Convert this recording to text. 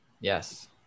Yes